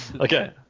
Okay